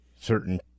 certain